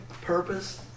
Purpose